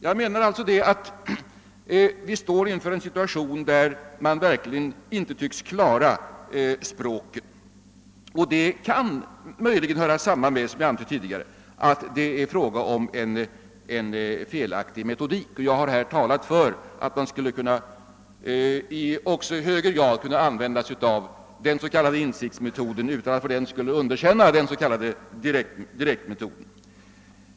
Jag menar att vi nu står inför en situation, där studenterna inte tycks klara av språket. Det kan möjligen höra samman med vad jag sade tidigare, näm ligen att vi tillämpar en felaktig metodik. Jag har här talat för att man i högre grad skulle kunna använda den s.k. insiktsmetoden, utan att fördenskull underkänna direktmetoden.